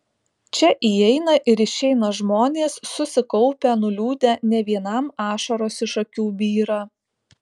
čia įeina ir išeina žmonės susikaupę nuliūdę ne vienam ašaros iš akių byra